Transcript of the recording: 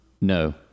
No